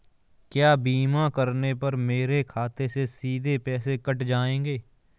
क्या बीमा करने पर मेरे खाते से सीधे पैसे कट जाएंगे?